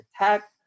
attack